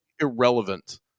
irrelevant